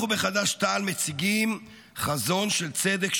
אנחנו בחד"ש-תע"ל מציגים חזון של צדק,